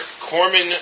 Corman